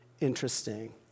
interesting